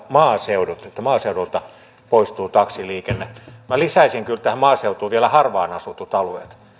maaseudun että maaseudulta poistuu taksiliikenne minä lisäisin tähän maaseutuun kyllä vielä harvaan asutut alueet